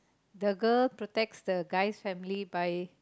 the girl protect the guy family by